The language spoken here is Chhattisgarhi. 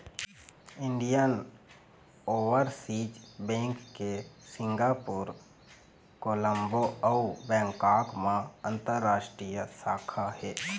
इंडियन ओवरसीज़ बेंक के सिंगापुर, कोलंबो अउ बैंकॉक म अंतररास्टीय शाखा हे